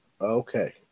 Okay